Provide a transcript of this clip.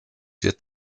wird